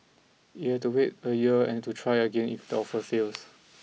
it will have to wait a year and to try again if the offer fails